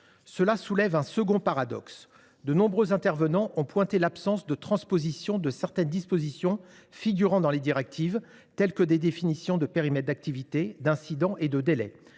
Cela soulève un second paradoxe. De nombreux intervenants ont souligné l’absence de transposition de certaines dispositions figurant dans les directives, telles que les définitions des notions de périmètre d’activité, d’incidents et de délais.